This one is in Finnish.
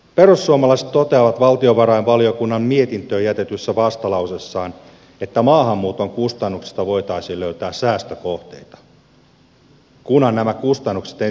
perussuomalaiset toteavat valtiovarainvaliokunnan mietintöön jätetyssä vastalauseessaan että maahanmuuton kustannuksista voitaisiin löytää säästökohteita kunhan nämä kustannukset ensin saadaan selville